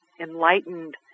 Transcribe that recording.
enlightened